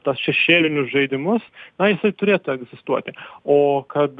tuos šešėlinius žaidimus na jisai turėtų egzistuoti o kad